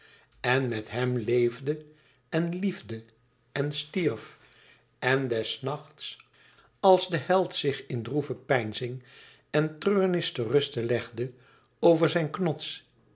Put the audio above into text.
en met hem leefde en liefde en stierf en des nachts als de held zich in droeve peinzing en treurenis te ruste legde over zijn knots